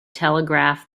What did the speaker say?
telegraph